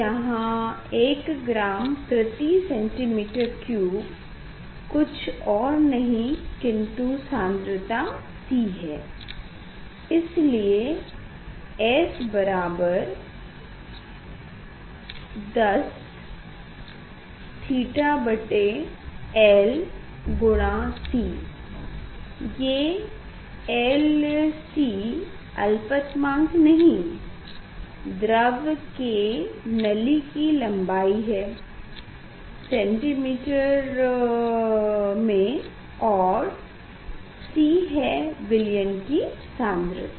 यहाँ 1ग्राम प्रति सेंटीमीटर क्यूब कुछ और नहीं किंतु सान्द्रता C है इसलिए S बराबर 10 थीटा बटे l गुना C ये LCअल्पमतनांक नहीं l द्रव के नली की लम्बाई है सेंटीमीटर में और C है विलयन की सान्द्रता